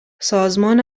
سازمان